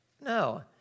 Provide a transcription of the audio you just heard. No